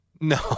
No